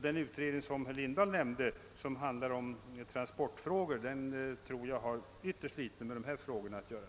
Den utredning som herr Lindahl nämnde och som avser transportproblem tror jag har ytterst litet med dessa frågor att göra.